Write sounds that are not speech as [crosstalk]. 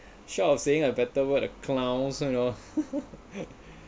short of saying a better word a clown so you know [laughs]